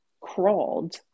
crawled